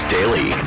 Daily